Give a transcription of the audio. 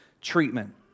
treatment